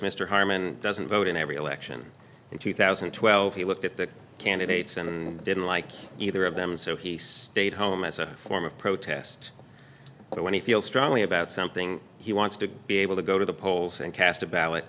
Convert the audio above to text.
mr harmon doesn't vote in every election in two thousand and twelve he looked at the candidates and didn't like either of them so he stayed home as a form of protest when he feels strongly about something he wants to be able to go to the polls and cast a ballot